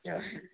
जो हैं